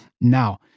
Now